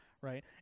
right